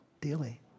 daily